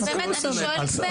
אני שואלת באמת.